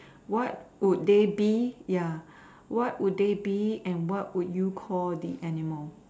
what would they be ya what would they be and what would you call the animal